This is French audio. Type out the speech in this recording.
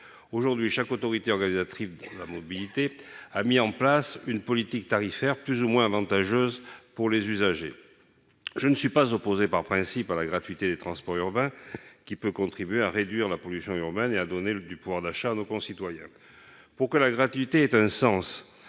Aujourd'hui, chaque autorité organisatrice de la mobilité a mis en place une politique tarifaire plus ou moins avantageuse pour les usagers. Je ne suis pas opposé par principe à la gratuité des transports urbains ; elle peut contribuer à réduire la pollution urbaine et à donner du pouvoir d'achat à nos concitoyens. Pour que la gratuité ait un sens,